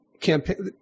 campaign